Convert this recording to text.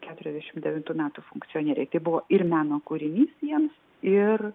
keturiasdešimt devintų metų funkcionieriai tai buvo ir meno kūrinys jiems ir